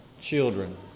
children